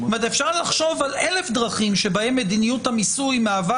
אפשר לחשוב על אלף דברים שבהם מדיניות המיסוי מהווה